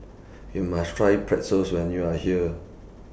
YOU must Try Pretzels when YOU Are here